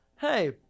Hey